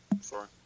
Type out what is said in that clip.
sorry